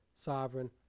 sovereign